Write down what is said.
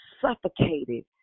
suffocated